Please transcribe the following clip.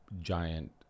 giant